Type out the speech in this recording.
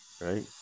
right